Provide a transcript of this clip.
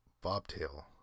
Bobtail